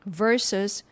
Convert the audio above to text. versus